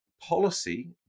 policy